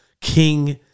king